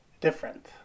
different